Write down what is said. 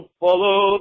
follow